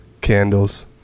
Candles